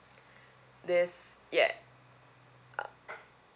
this yeah uh